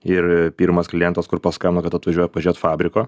ir pirmas klientas kur paskambino kad atvažiuoja pažiūrėt fabriko